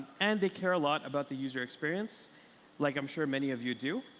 and they care a lot about the user experience like i'm sure many of you do.